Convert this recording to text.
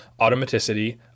automaticity